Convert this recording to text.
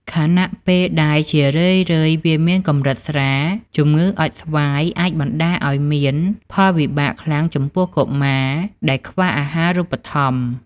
ខណៈពេលដែលជារឿយៗវាមានកម្រិតស្រាល ជំងឺអុតស្វាយអាចបណ្តាលឱ្យមានផលវិបាកខ្លាំងចំពោះកុមារដែលខ្វះអាហារូបត្ថម្ភ។